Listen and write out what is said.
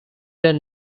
then